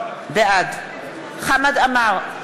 בעד חמד עמאר,